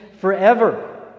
forever